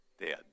dead